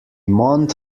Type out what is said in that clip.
month